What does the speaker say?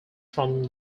from